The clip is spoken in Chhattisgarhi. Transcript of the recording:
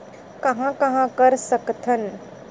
कहां कहां कर सकथन?